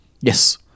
Yes